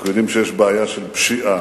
אנחנו יודעים שיש בעיה של פשיעה,